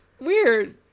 Weird